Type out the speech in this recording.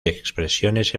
expresiones